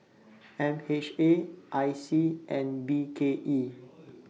M H A I C and B K E